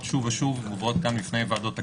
שוב ושוב ומובאות גם בפני ועדות הכנסת,